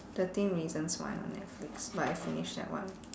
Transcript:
thirteen reasons why on netflix but I finished that one